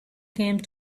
came